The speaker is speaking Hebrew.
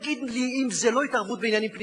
תגידו לי, אם זו לא התערבות בעניינים פנימיים,